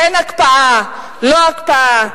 כן הקפאה לא הקפאה,